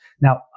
Now